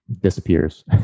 disappears